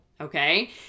okay